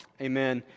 Amen